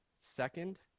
Second